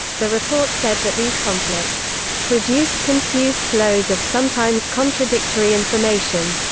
the report said that these conflicts produced confused flows of sometimes contradictory information.